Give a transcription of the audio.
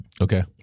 Okay